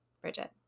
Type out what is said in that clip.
Bridget